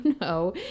no